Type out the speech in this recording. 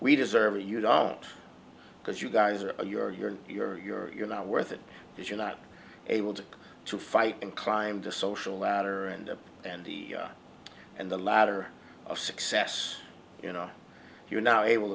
we deserve it you don't because you guys are you're you're you're you're you're not worth it if you're not able to to fight and climb the social ladder and and and the ladder of success you know you're not able